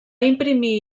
imprimir